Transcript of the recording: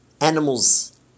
animals